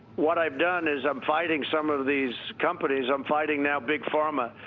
what i've done is i'm fighting some of these companies. i'm fighting now big pharma,